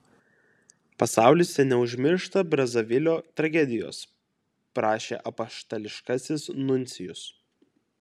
pasaulis teneužmiršta brazavilio tragedijos prašė apaštališkasis nuncijus